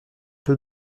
peu